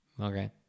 Okay